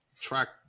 track